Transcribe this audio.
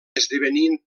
esdevenien